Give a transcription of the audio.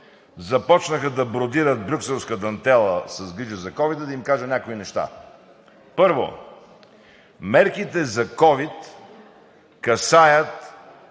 започнаха да бродират брюкселска дантела с грижа за ковида, да им кажа някои неща. Първо, мерките за ковид касаят